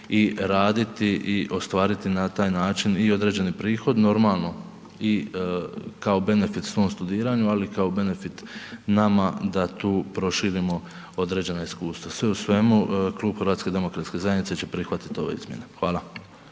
i raditi i ostvariti na taj način i određeni prihod. Normalno i kao benefit svom studiranju, ali kao benefit nama da tu proširimo određena iskustva. Sve u svemu, Klub HDZ-a će prihvatiti ove izmjene. Hvala.